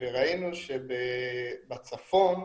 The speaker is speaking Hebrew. וראינו שבצפון,